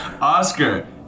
oscar